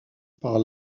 par